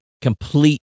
complete